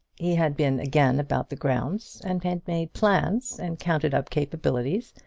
he had been again about the grounds, and had made plans, and counted up capabilities,